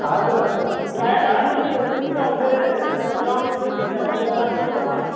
हजुर हजुर गाई अलिअलि दुध त के अरे गाँउतिर पनि ठिका बिगा लाग्दैछ